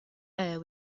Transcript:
air